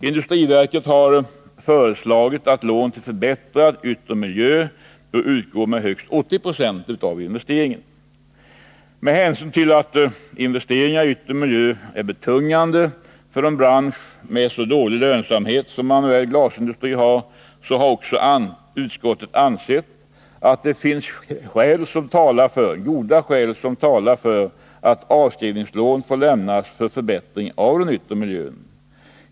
Industriverket har föreslagit att lån till förbättrad yttre miljö bör utgå med högst 80 90 av investeringen. Med hänsyn till att investeringar i yttre miljö är betungande för en bransch med så dålig lönsamhet som den manuella glasindustrin har utskottet ansett, att det finns goda skäl som talar för att avskrivningslån får lämnas för förbättring av den yttre miljön.